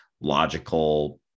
logical